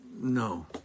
No